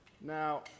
Now